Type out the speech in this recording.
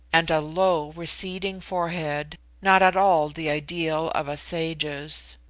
and a low receding forehead, not at all the ideal of a sage's.